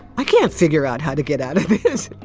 i can't figure out how to get out of this.